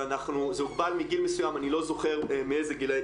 זה הוגבל מגיל מסוים, אני לא זוכר מאיזה גיל,